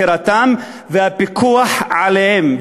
בחירתם והפיקוח עליהם,